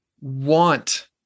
want